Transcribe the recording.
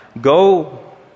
Go